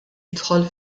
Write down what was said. jidħol